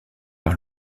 par